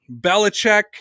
Belichick